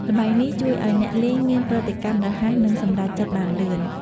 ល្បែងនេះជួយឲ្យអ្នកលេងមានប្រតិកម្មរហ័ស និងសម្រេចចិត្តបានលឿន។